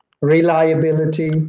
reliability